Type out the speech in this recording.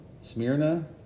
Smyrna